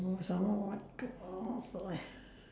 uh some more what to ask